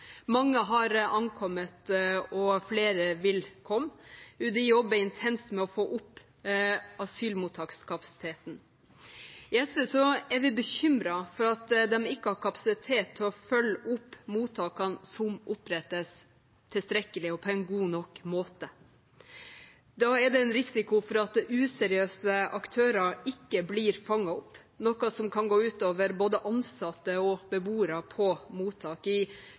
Mange har ankommet, og flere vil komme. UDI jobber intenst med å få opp asylmottakskapasiteten. I SV er vi bekymret for at de ikke har kapasitet til å følge opp mottakene som opprettes tilstrekkelig og på en god nok måte. Da er det en risiko for at useriøse aktører ikke blir fanget opp, noe som kan gå ut over både ansatte og beboere på mottak. I